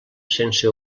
sense